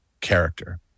character